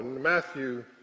Matthew